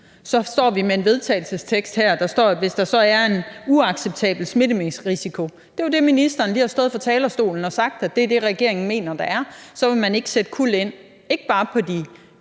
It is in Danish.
så står vi med en tekst her, hvor der står, at hvis der er en uacceptabel smitterisiko – det er jo det, ministeren lige har stået på talerstolen og sagt er det, regeringen mener der er – så vil man ikke sætte kuld ind, ikke bare på de